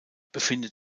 befindet